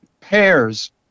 pairs